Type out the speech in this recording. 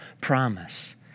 promise